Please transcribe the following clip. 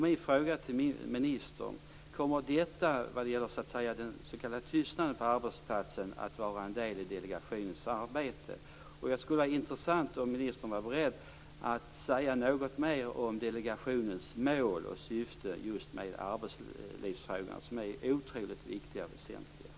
Min fråga till ministern är: Kommer detta med den s.k. tystnaden på arbetsplatserna att vara en del av delegationens arbete? Det skulle också vara intressant om ministern var beredd att säga något mer om delegationens mål och syfte just med arbetslivsfrågorna, som är otroligt viktiga och väsentliga.